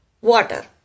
water